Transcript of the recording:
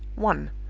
one.